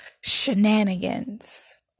shenanigans